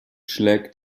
schlägt